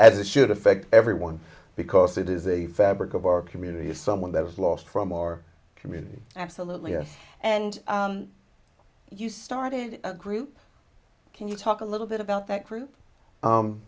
as it should affect everyone because it is a fabric of our community of someone that was lost from our community absolutely and you started a group can you talk a little bit about that group